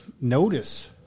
notice